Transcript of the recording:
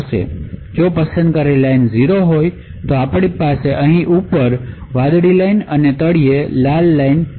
જો પસંદ કરેલી લાઈન 0 હોય તો આપણી ઉપર અહીંની ઉપર વાદળી લાઇન અને તળિયે લાલ રેખા છે